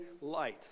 light